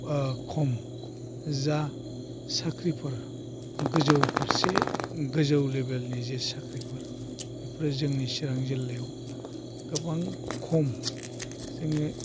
खम जा साख्रिफोर गोजौ फारसे गोजौ लेभेलेनि जे साख्रिफोर बेफोरो जोंनि चिरां जिल्लायाव गोबां खम जोङो